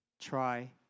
try